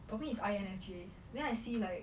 for me it's I I_N_F_J then I see like